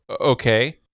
Okay